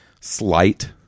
slight